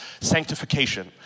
sanctification